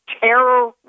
terror